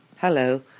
Hello